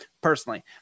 personally